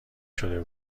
شده